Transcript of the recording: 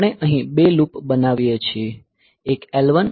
આપણે અહી બે લૂપ બનાવીએ છીએ એક L1 અને બીજી L2